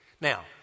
Now